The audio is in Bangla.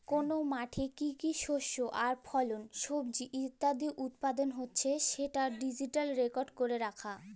কল মাঠে কি কি শস্য আর ফল, সবজি ইত্যাদি উৎপাদল হচ্যে সেটা ডিজিটালি রেকর্ড ক্যরা রাখা